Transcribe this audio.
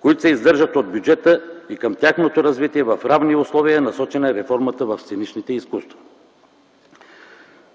които се издържат от бюджета, и към тяхното развитие в равни условия е насочена реформата в сценичните изкуства.